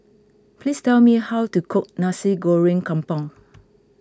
please tell me how to cook Nasi Goreng Kampung